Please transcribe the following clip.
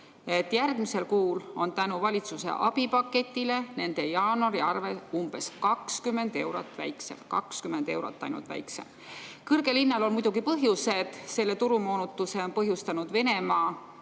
järgmisel kuul on tänu valitsuse abipaketile nende jaanuari arve umbes 20 eurot väiksem. Ainult 20 eurot väiksem! Kõrgel hinnal on muidugi põhjused. Selle turumoonutuse on põhjustanud Venemaa